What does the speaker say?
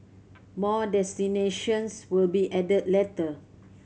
more destinations will be added later